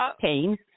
pain